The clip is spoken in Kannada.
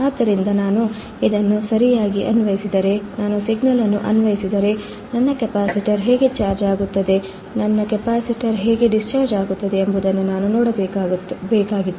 ಆದ್ದರಿಂದ ನಾನು Ramp ಸಿಗ್ನಲ್ ಅನ್ನು ಸರಿಯಾಗಿ ಅನ್ವಯಿಸಿದರೆ ನನ್ನ ಕೆಪಾಸಿಟರ್ ಹೇಗೆ ಚಾರ್ಜ್ ಆಗುತ್ತದೆ ಮತ್ತು ನನ್ನ ಕೆಪಾಸಿಟರ್ ಹೇಗೆ ಡಿಸ್ಚಾರ್ಜ್ ಆಗುತ್ತದೆ ಎಂಬುದನ್ನು ನಾನು ನೋಡಬೇಕಾಗಿತ್ತು